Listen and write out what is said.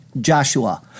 Joshua